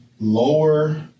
Lower